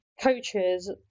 coaches